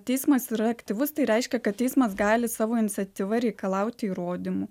teismas yra aktyvus tai reiškia kad teismas gali savo iniciatyva reikalauti įrodymų